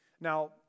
Now